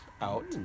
out